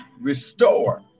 restore